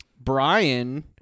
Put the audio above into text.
brian